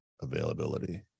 availability